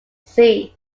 sea